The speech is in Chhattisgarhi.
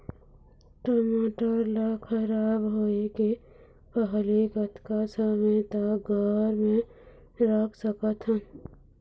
टमाटर ला खराब होय के पहले कतका समय तक घर मे रख सकत हन?